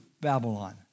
Babylon